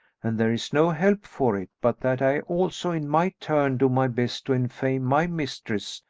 and there is no help for it but that i also in my turn do my best to enfame my mistress,